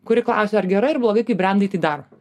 kuri klausė ar gerai ar blogai kai brendai tai daro